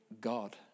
God